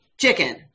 chicken